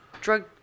drug